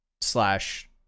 slash